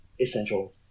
essential